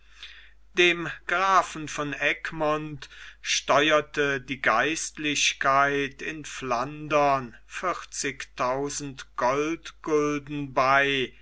dem grafen von egmont steuerte die geistlichkeit in flandern vierzigtausend goldgulden bei